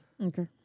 Okay